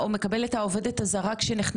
אם היא יולדת שזה טבעי,